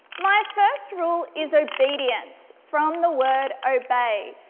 my first rule is obedience from the word obey,